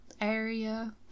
area